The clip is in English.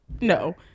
no